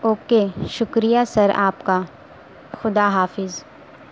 okay شکریہ sir آپ کا خدا حافظ